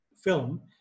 film